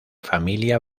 familia